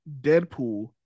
Deadpool